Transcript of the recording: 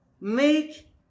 Make